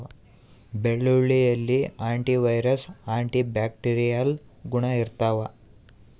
ಬೆಳ್ಳುಳ್ಳಿಯಲ್ಲಿ antiviral antibacterial ಗುಣ ಇರ್ತಾವ